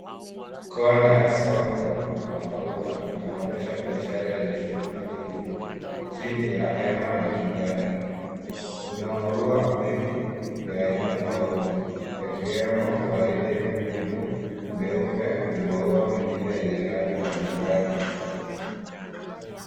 Kona ya solo la maua linaonyesha biashara yenye shughuli nyingi chini ya hema la kijani. Kuna maua mengi ya aina tofauti yakiwemo waridi nyekundu, meupe na maua mengine yenye rangi mbalimbali.